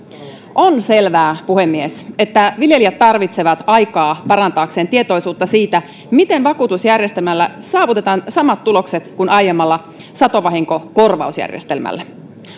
on selvää puhemies että viljelijät tarvitsevat aikaa parantaakseen tietoisuutta siitä miten vakuutusjärjestelmällä saavutetaan samat tulokset kuin aiemmalla satovahinkokorvausjärjestelmällä